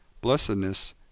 Blessedness